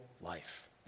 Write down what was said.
life